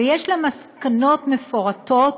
ויש לה מסקנות מפורטות,